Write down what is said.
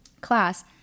class